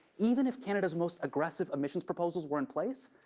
even if canada's most aggressive emissions proposals were in place,